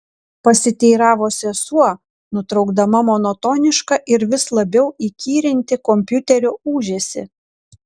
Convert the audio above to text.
pasiteiravo sesuo nutraukdama monotonišką ir vis labiau įkyrintį kompiuterio ūžesį